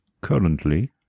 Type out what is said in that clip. currently